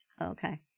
Okay